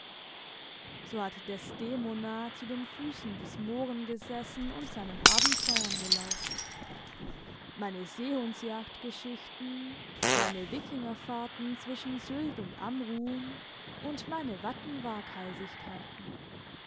so hat desdemona zu den füssen des mohren gesessen und seinen abenteuern gelauscht meine seehundsjagdgeschichten meine wikingerfahrten zwischen sylt und amrum und meine wattenwaghalsigkeiten kann